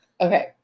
Okay